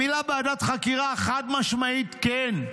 המילה "ועדת חקירה" חד-משמעית כן.